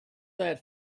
that